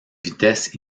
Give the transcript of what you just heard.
vitesse